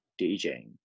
DJ